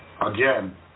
Again